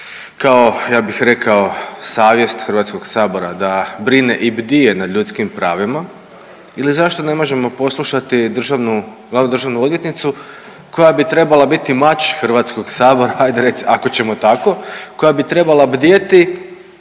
kao ja bih rekao savjest Hrvatskog sabora da brine i bdije nad ljudskim pravima ili zašto ne možemo poslušati državnu, glavnu državnu odvjetnicu koja bi trebala biti mač Hrvatskog sabora ajde reci ako ćemo tako, koja bi trebala bdjeti